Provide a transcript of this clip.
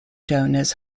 donors